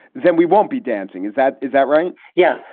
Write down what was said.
then we won't be dancing. is that is that right? yeah.